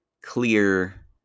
clear